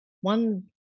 one